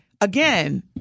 again